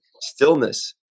stillness